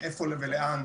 מאיפה ולאן,